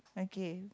okay